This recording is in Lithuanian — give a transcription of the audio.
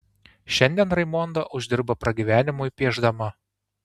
šiandien raimonda uždirba pragyvenimui piešdama